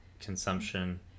consumption